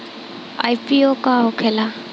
IPO का होखेला?